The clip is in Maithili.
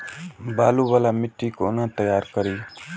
बालू वाला मिट्टी के कोना तैयार करी?